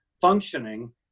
functioning